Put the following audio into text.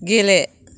गेले